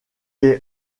est